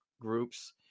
groups